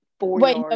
Wait